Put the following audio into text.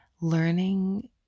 learning